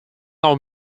now